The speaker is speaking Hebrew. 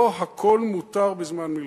לא הכול מותר בזמן מלחמה.